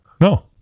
No